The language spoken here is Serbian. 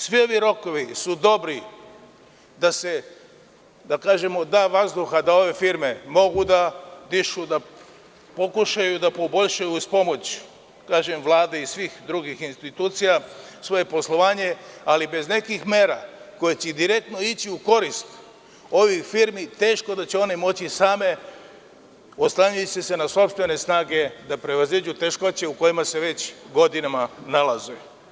Svi ovi rokovi su dobri da se da vazduha da ove firme mogu da dišu, da pokušaju da poboljšaju uz pomoć Vlade i svih drugih institucija svoje poslovanje, ali bez nekih mera koje će direktno ići u korist ovih firmi teško da će one moći same, oslanjajući se na sopstvene snage da prevaziđu teškoće u kojima se već godinama nalaze.